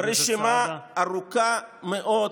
יש פה רשימה ארוכה מאוד,